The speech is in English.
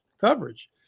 coverage